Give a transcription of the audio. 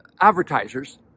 advertisers